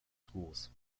schools